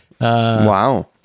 Wow